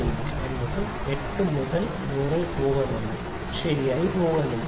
8 എന്നത് 8100 ൽ പോകുന്നില്ല ശരിയായി പോകുന്നില്ല